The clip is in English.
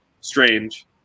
strange